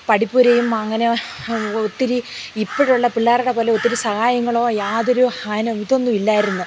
പഠപ്പുരയും അങ്ങനെ ഒത്തിരി ഇപ്പോഴുള്ള പിള്ളേരുടെ പോലെ ഒത്തിരി സഹായങ്ങളോ യാതൊരു ഹനം ഇതൊന്നും ഇല്ലായിരുന്നു